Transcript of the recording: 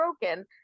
broken